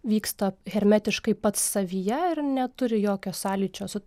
vyksta hermetiškai pats savyje ir neturi jokio sąlyčio su